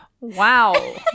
wow